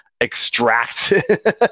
extract